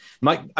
Mike